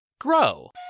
Grow